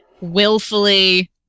Willfully